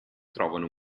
trovano